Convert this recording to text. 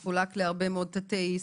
לכן הוא יחולק להרבה מאוד תתי-סעיפים.